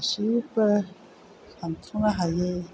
गासिबो सानथ्रनो हायै